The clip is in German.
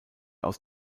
aus